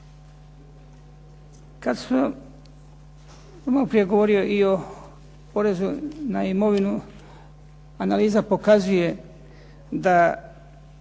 Kad sam maloprije govorio i o porezu na imovinu, analiza pokazuje da